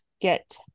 get